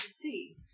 see